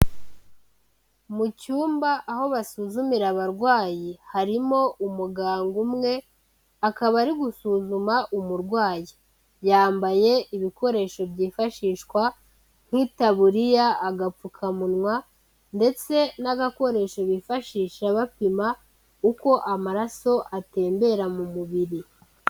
Mu cyumba aho basuzumira abarwayi, harimo umuganga umwe, akaba ari gusuzuma umurwayi, yambaye ibikoresho byifashishwa nk'itaburiya, agapfukamunwa ndetse n'agakoresho bifashisha bapima uko amaraso atembera mu mubiri.